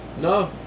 No